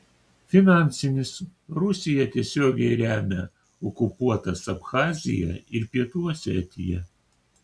finansinis rusija tiesiogiai remia okupuotas abchaziją ir pietų osetiją